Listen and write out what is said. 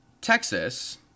Texas